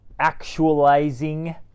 actualizing